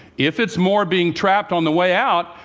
if it's more being trapped on the way out,